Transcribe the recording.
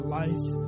life